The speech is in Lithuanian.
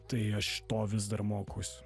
tai aš to vis dar mokausi